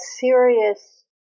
serious